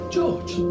George